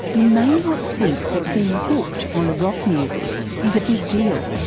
you may not think that being hooked on rock music is a big deal.